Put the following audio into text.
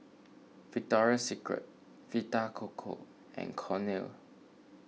Victoria Secret Vita Coco and Cornell